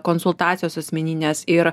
konsultacijos asmeninės ir